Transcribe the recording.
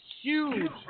huge